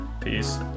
Peace